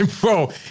Bro